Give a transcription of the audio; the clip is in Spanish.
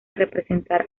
representar